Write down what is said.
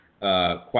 question